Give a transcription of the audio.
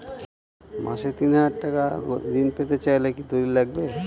মাসে তিন হাজার টাকা ঋণ পেতে চাইলে কি দলিল লাগবে?